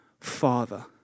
Father